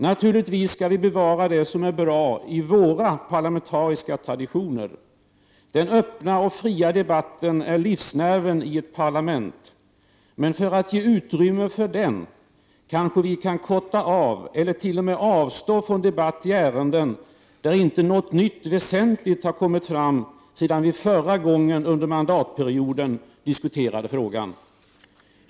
Naturligtvis skall vi bevara det som är bra i våra parlamentariska traditioner. Den öppna och fria debatten är livsnerven i ett parlament. Men för att ge utrymme för den kanske vi kan korta av eller t.o.m. avstå från debatt i ärenden, där inte något nytt väsentligt har kommit fram sedan vi förra gången under mandatperioden diskuterade frågan.